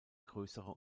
größere